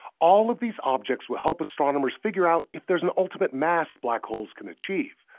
all of these objects will help astronomers figure out if there's an ultimate mass black holes can achieve.